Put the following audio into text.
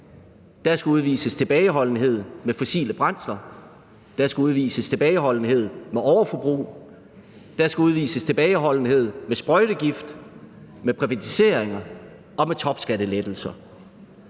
Der skal udvises tilbageholdenhed med fossile brændsler, der skal udvises tilbageholdenhed med overforbrug, der skal udvises tilbageholdenhed med sprøjtegift, med privatiseringer og med topskattelettelser.